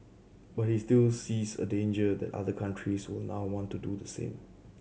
but he still sees a danger that other countries will now want to do the same